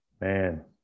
Man